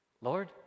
Lord